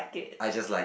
I just like it